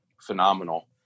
phenomenal